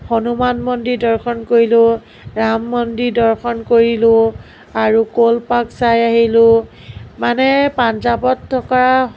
হনুমান মন্দিৰ দৰ্শন কৰিলোঁ ৰাম মন্দিৰ দৰ্শন কৰিলোঁ আৰু ক'ল পাৰ্ক চাই আহিলোঁ মানে পাঞ্জাৱত থকা